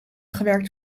gewerkt